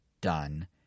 done